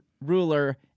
ruler